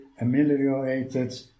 ameliorated